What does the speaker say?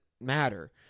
matter